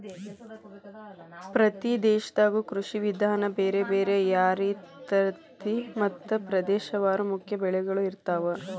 ಪ್ರತಿ ದೇಶದಾಗು ಕೃಷಿ ವಿಧಾನ ಬೇರೆ ಬೇರೆ ಯಾರಿರ್ತೈತಿ ಮತ್ತ ಪ್ರದೇಶವಾರು ಮುಖ್ಯ ಬೆಳಗಳು ಇರ್ತಾವ